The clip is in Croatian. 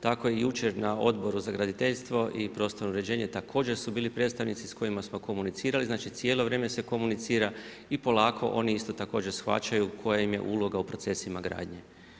Tako je i jučer na Odboru za graditeljstvo i prostorno uređenje također su bili predstavnici s kojima smo komunicirali, znači cijelo vrijeme se komunicira i polako oni isto također shvaćaju koja im je uloga u procesima gradnje.